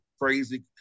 crazy